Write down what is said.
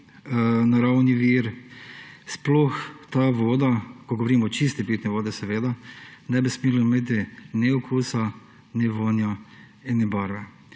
naravni vir, sploh ta voda, ko govorimo o čisti pitni vodi, seveda ne bi smela imeti ne okusa, ne vonja in barve.